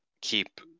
keep